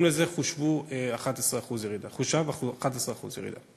ובהתאם לזה חושבו 11% ירידה.